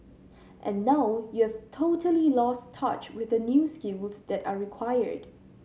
and now you've totally lost touch with the new skills that are required